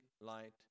light